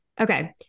Okay